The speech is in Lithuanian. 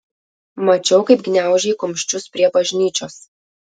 mačiau kaip gniaužei kumščius prie bažnyčios